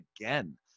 again